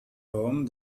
home